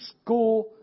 school